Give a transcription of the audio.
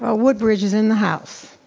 ah woodbridge is in the house.